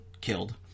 killed